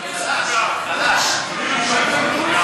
56 בעד, אין מתנגדים, אין נמנעים.